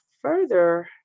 further